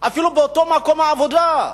אפילו באותו מקום עבודה,